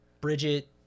Bridget